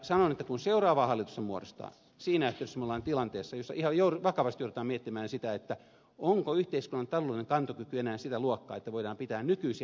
sanon että kun seuraavaa hallitusta muodostetaan siinä yhteydessä me olemme tilanteessa jossa ihan vakavasti joudutaan miettimään sitä onko yhteiskunnan taloudellinen kantokyky enää sitä luokkaa että voidaan pitää nykyisiä etuuksia yllä